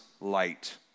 light